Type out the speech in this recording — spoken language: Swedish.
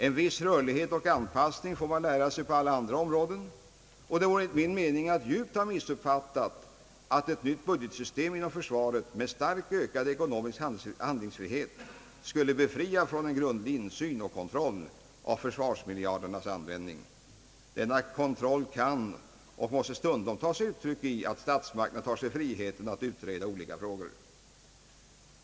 En viss rörlighet och anpassning får man lära sig på alla andra områden, och det vore enligt min mening en djup missuppfattning att tro att ett nytt budgetsystem inom försvaret, med starkt ökad ekonomisk handlingsfrihet, skulle befria från en grundlig insyn och kontroll av försvarsmiljardernas användning. Denna kontroll kan och måste stundom ta sig uttryck i att statsmakterna tar sig friheten att utreda olika frågor.